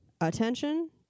attention